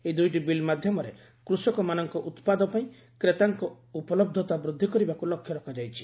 ଏହି ଦୁଇଟି ବିଲ୍ ମାଧ୍ୟମରେ କୃଷକମାନଙ୍କ ଉତ୍ପାଦ ପାଇଁ କ୍ରେତାଙ୍କ ଉପଲବ୍ଧତା ବୃଦ୍ଧି କରିବାକୁ ଲକ୍ଷ୍ୟ ରଖାଯାଇଛି